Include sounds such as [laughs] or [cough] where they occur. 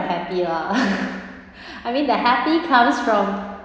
happy lah [laughs] I mean the happy comes from